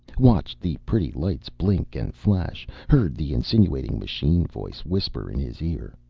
watched the pretty lights blink and flash, heard the insinuating machine voice whisper in his ear.